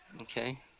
okay